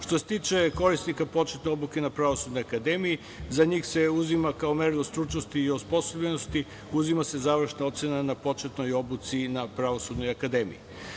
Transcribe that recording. Što se tiče korisnika početne obuke na Pravosudnoj akademiji za njih se uzima kao merilo stručnosti i osposobljenosti, uzima se završna ocena na početnoj obuci na Pravosudnoj akademiji.